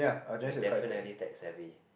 when definitely tech savvy